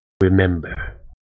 remember